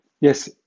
yes